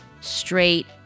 straight